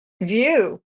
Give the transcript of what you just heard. view